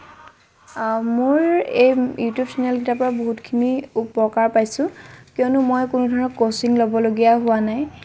মোৰ এই ইউটিউব চেনেলকেইটাৰ পৰা বহুতখিনি উপকাৰ পাইছো কিয়নো মই কোনো ধৰণৰ ক'ছিং ল'বলগীয়া হোৱা নাই